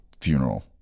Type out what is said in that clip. funeral